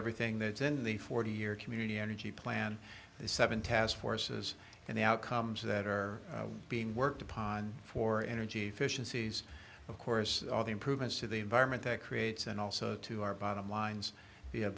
everything that's in the forty year community energy plan seven task forces and the outcomes that are being worked upon for energy efficiencies of course all the improvements to the environment that creates and also to our bottom lines